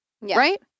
right